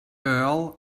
earl